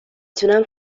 تونم